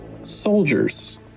soldiers